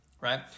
right